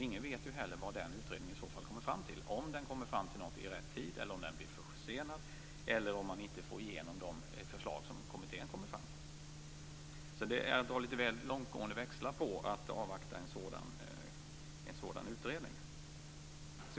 Ingen vet ju heller vad den utredningen kommer fram till - om den kommer fram till något i rätt tid, om den blir försenad eller om man inte får igenom de förslag som kommittén kommer fram till. Att avvakta en sådan utredning är alltså att dra det hela för långt.